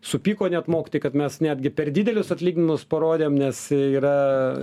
supyko net mokytojai kad mes netgi per didelius atlyginimus parodėm nes yra